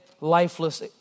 lifeless